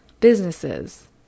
businesses